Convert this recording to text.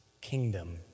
kingdom